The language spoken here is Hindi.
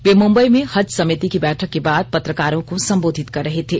वे मुम्बई में हज समिति की बैठक के बाद पत्रकारों को सम्बोधित कर रहे थे